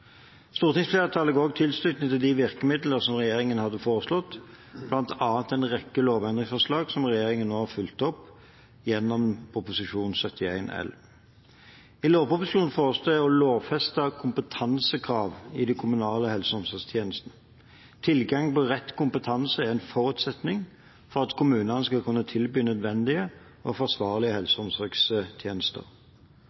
Stortingsflertallet ga også tilslutning til de virkemidler som regjeringen hadde foreslått, bl.a. en rekke lovendringsforslag som regjeringen nå har fulgt opp gjennom Prop. 71 L for 2016–2017. I lovproposisjonen foreslås det å lovfeste kompetansekrav i den kommunale helse- og omsorgstjenesten. Tilgang på rett kompetanse er en forutsetning for at kommunene skal kunne tilby nødvendige og forsvarlige helse-